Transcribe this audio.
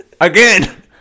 again